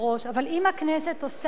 אבל אם הכנסת עושה ספציפיקציה,